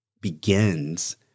begins